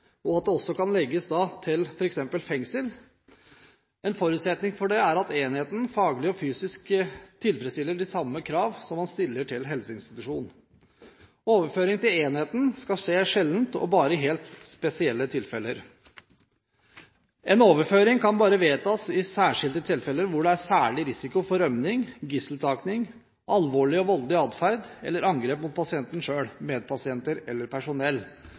og at det også kan legges til f.eks. fengsel. En forutsetning for det er at enheten faglig og fysisk tilfredsstiller de samme krav som man stiller til helseinstitusjon. Overføring til enheten skal skje sjelden og bare i helt spesielle tilfeller. En overføring kan bare vedtas i særskilte tilfeller hvor det er særlig risiko for rømning, gisseltaking, alvorlig og voldelig atferd eller angrep mot pasienten selv, medpasienter eller personell.